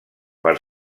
per